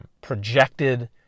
projected